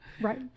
right